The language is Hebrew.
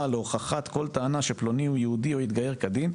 להוכחת כל טענה שפלוני הוא יהודי או התגייר כדין,